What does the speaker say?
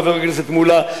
חבר הכנסת מולה,